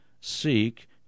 seek